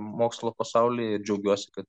mokslo pasauly ir džiaugiuosi kad